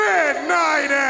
Midnight